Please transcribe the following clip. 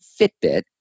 Fitbit